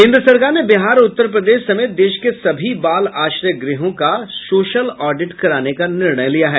केन्द्र सरकार ने बिहार और उत्तर प्रदेश समेत देश के सभी बाल आश्रय गृहों का सोशल ऑडिट कराने का निर्णय लिया है